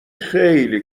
خیلی